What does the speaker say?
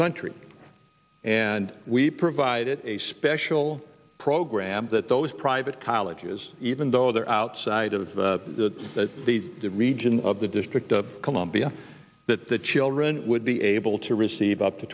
country and we provided a special program that those private colleges even though they're outside of the region of the district of columbia that the children would be able to receive up to